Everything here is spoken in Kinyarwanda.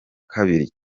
kabiri